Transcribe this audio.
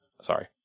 Sorry